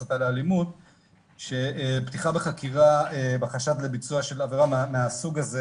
הסתה לאלימות שפתיחה בחקירה בחשד לביצוע של עבירה מהסוג הזה